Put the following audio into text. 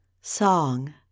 Song